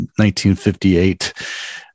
1958